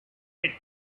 pit